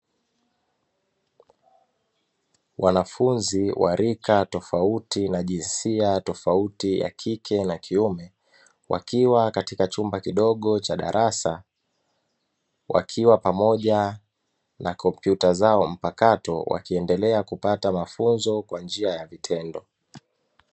Wanafunzi wa rika tofauti na jinsia tofauti ya kike na kiume wakiwa katika chumba kidogo cha darasa, wakiwa pamoja na kompyuta zao mpakato wakiendelea kupata mafunzo kwa njia ya vitendo.